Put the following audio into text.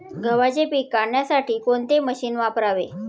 गव्हाचे पीक काढण्यासाठी कोणते मशीन वापरावे?